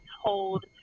hold